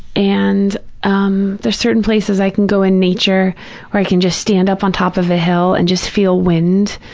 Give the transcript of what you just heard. and um there's certain places i can go in nature or i can just stand up on top of a hill and just feel wind.